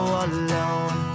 alone